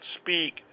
speak